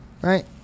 right